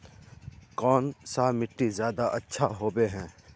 कौन सा मिट्टी ज्यादा अच्छा होबे है?